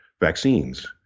vaccines